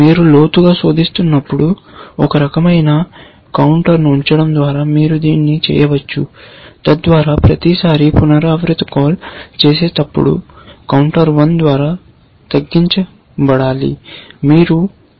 మీరు లోతుగా శోధిస్తున్నప్పుడు ఒక రకమైన కౌంటర్ను ఉంచడం ద్వారా మీరు దీన్ని చేయవచ్చు తద్వారా ప్రతిసారీ పునరావృత కాల్ చేసేటప్పుడు కౌంటర్ 1 ద్వారా తగ్గించబడాలి